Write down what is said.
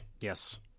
Yes